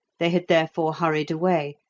they had therefore hurried away,